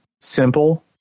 simple